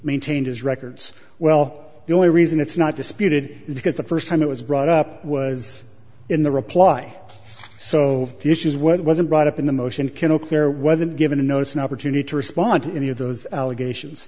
maintained his records well the only reason it's not disputed is because the first time it was brought up was in the reply so the issue is what wasn't brought up in the motion kennel care wasn't given a notice an opportunity to respond to any of those allegations